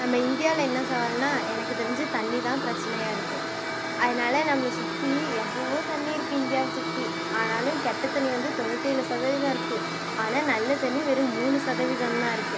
நம்ம இந்தியாவில் என்ன சவால்னா எனக்கு தெரிஞ்சு தண்ணீர் தான் பிரச்சனையாயிருக்கு அதனால் நம்மள சுற்றி எவ்வளவோ தண்ணீர் இருக்கு இந்தியா சுற்றி ஆனாலும் கெட்ட தண்ணீர் வந்து தொண்ணூற்றி ஏழு சதவீதமிருக்கு ஆனால் நல்ல தண்ணீர் வெறும் மூணு சதவீதந்தான் இருக்கு